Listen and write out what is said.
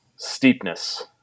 steepness